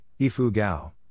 Ifugao